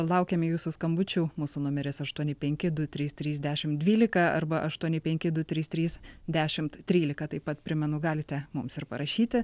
laukiame jūsų skambučių mūsų numeris aštuoni penki du trys trys dešim dvylika arba aštuoni penki du trys trys dešimt trylika taip pat primenu galite mums ir parašyti